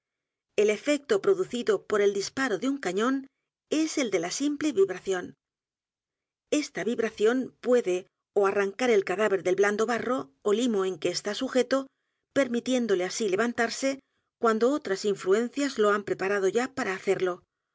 el efecto producido por el disparo de un cañón es el de la simple vibración esta vibración puede ó a r r a n c a r el cadáver del blando barro ó limo en que está sujeto permitiéndole así levantarse cuando otras influencias lo han preparado ya p